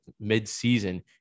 mid-season